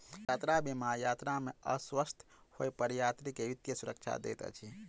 यात्रा बीमा यात्रा में अस्वस्थ होइ पर यात्री के वित्तीय सुरक्षा दैत अछि